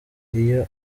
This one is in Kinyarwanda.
iyo